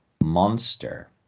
monster